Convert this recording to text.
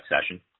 session